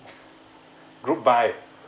group buy